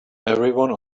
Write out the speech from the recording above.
everyone